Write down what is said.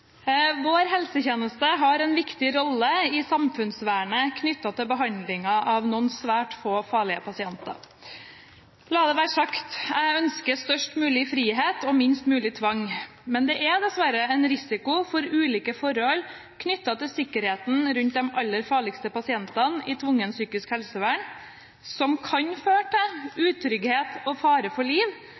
Vår helsetjeneste har en viktig rolle i samfunnsvernet knyttet til behandlingen av noen svært få farlige pasienter. La det være sagt: Jeg ønsker størst mulig frihet og minst mulig tvang, men det er dessverre en risiko for ulike forhold knyttet til sikkerheten rundt de aller farligste pasientene i tvungent psykisk helsevern, som kan føre til utrygghet og fare for liv,